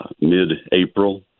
mid-April